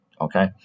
Okay